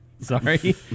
sorry